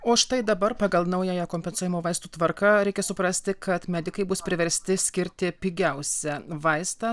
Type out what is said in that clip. o štai dabar pagal naująją kompensuojamų vaistų tvarka reikia suprasti kad medikai bus priversti skirti pigiausią vaistą